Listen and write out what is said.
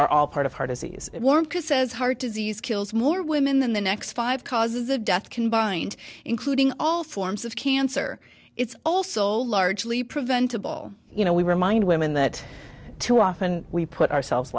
are all part of heart disease chris says heart disease kills more women than the next five causes of death combined including all forms of cancer it's also largely preventable you know we remind women that too often we put ourselves